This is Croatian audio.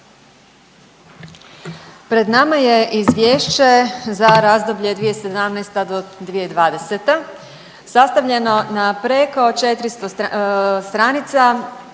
Pred nama je izvješće za razdoblje 2017. do 2020. sastavljeno na preko 400 stranica,